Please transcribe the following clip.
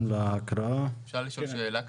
אפשר לשאול שאלה?